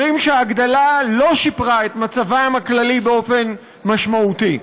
אומרים שההגדלה לא שיפרה את מצבם הכללי באופן משמעותי.